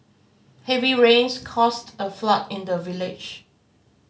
heavy rains caused a flood in the village